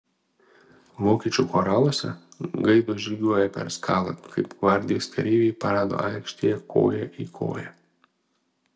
vokiečių choraluose gaidos žygiuoja per skalą kaip gvardijos kareiviai parado aikštėje koja į koją